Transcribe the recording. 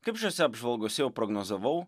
kaip šiose apžvalgose jau prognozavau